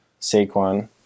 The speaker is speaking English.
Saquon